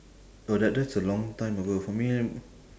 oh that that's a long time ago for me